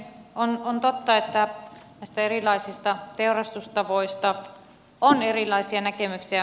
on totta että näistä erilaisista teurastustavoista on erilaisia näkemyksiä